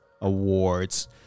Awards